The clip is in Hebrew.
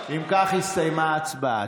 אם כך, הסתיימה ההצבעה.